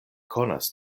konas